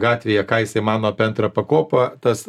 gatvėje ką jisai mano apie antrą pakopą tas